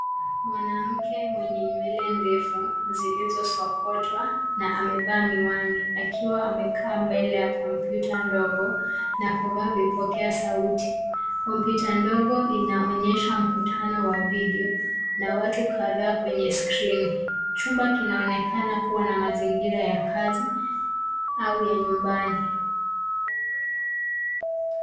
Mwanamke mwenye nywele ndefu zilizosokotwa na amevaa miwani, akiwa amekaa mbele ya kompyuta ndogo, na kuvaa vipokea sauti. Kompyuta ndogo inaonyesha mkutano wa video, na watu kadhaa kwenye skirini. Chumba kinaonekana kua na mazingira ya kazi au ya nyumbani.